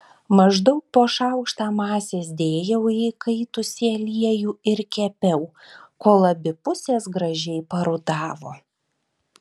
maždaug po šaukštą masės dėjau į įkaitusį aliejų ir kepiau kol abi pusės gražiai parudavo